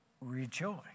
rejoice